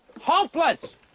hopeless